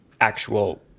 actual